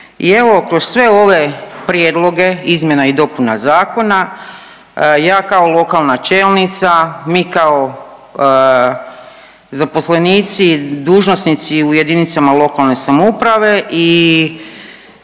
i evo kroz sve ove prijedloge izmjena i dopuna zakona, ja kao lokalna čelnica, mi kao zaposlenici, dužnosnici u jedinicama lokalne samouprave i